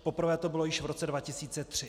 Poprvé to bylo již v roce 2003.